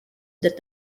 that